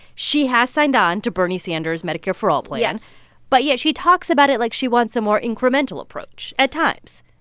she has signed on to bernie sanders' medicare for all plan yes but yet she talks about it like she wants a more incremental approach at times.